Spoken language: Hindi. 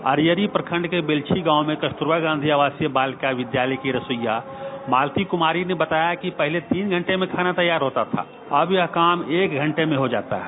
अरियरी प्रखंड के बेलछी गांव में कस्तूरबा गांधी आवासीय विद्यालय की रसोईया मालती कुमारी ने बताया कि पहले तीन घंटे में खाना तैयार होता था अब यह काम एक घंटे में हो जाता है